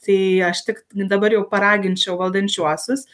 tai aš tik dabar jau paraginčiau valdančiuosius